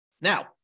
Now